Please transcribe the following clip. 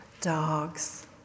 Dogs